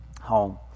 home